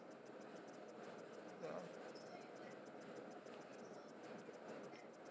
ya